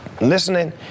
listening